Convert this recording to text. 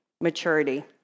maturity